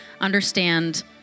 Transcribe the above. understand